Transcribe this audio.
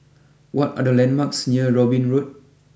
what are the landmarks near Robin Road